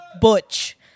Butch